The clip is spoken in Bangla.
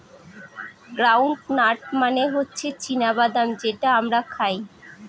গ্রাউন্ড নাট মানে হচ্ছে চীনা বাদাম যেটা আমরা খাই